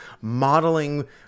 modeling